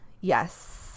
Yes